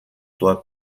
toit